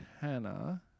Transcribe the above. Hannah